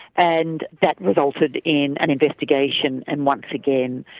and that was altered in an investigation and, once again,